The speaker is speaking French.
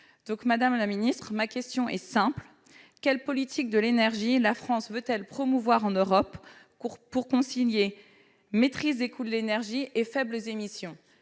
secrétaire d'État, ma question est simple : quelle politique de l'énergie la France veut-elle promouvoir en Europe pour concilier maîtrise des coûts de l'énergie et faibles émissions ?